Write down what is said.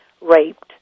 raped